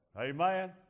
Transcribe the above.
Amen